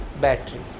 battery